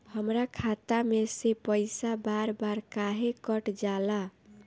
हमरा खाता में से पइसा बार बार काहे कट जाला?